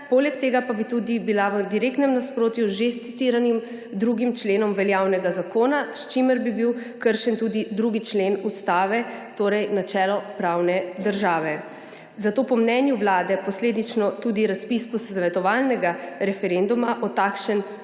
poleg tega pa bi tudi bila v direktnem nasprotju z že citiranim 2. členom veljavnega zakona, s čimer bi bil kršen tudi 2. člen Ustave, torej načelo pravne države. Zato po mnenju Vlade posledično tudi razpis posvetovalnega referenduma o takšnemu